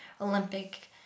Olympic